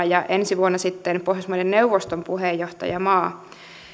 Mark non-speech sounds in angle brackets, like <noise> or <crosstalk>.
<unintelligible> ja ensi vuonna sitten pohjoismaiden neuvoston puheenjohtajamaa